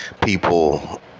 people